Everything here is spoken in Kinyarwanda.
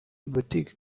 boutique